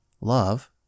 love